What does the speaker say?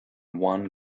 one